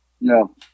No